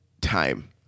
time